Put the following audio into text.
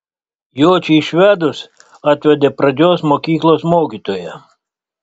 jočį išvedus atvedė pradžios mokyklos mokytoją